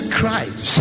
Christ